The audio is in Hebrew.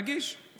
תגיש.